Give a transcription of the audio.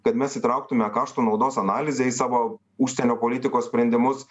kad mes įtrauktume kaštų naudos analizę į savo užsienio politikos sprendimus